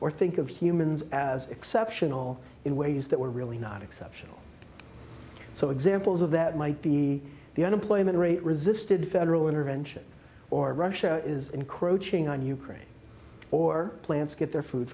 or think of humans as exceptional in ways that were really not exceptional so examples of that might be the unemployment rate resisted federal intervention or russia is encroaching on ukraine or plants get their food